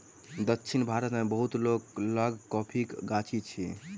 दक्षिण भारत मे बहुत लोक लग कॉफ़ीक गाछी अछि